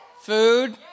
Food